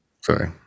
Sorry